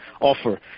offer